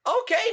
Okay